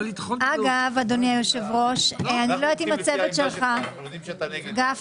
אני אמרתי כאן בוועדה שכל חוק